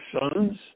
sons